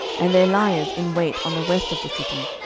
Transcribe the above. and their liers in wait on the west of the city,